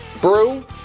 Brew